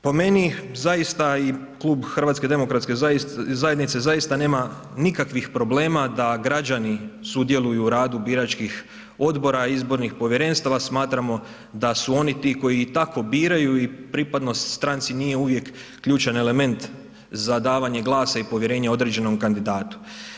Po meni zaista i Klub HDZ-a zaista nema nikakvih problema da građani sudjeluju u radu biračkih odbora i izbornih povjerenstava, smatramo da su oni ti koji i tako biraju i pripadnost stranci nije uvijek ključan element za davanje glasa i povjerenje određenom kandidatu.